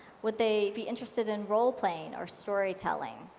would they be interested in role-playing or story telling?